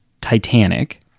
Titanic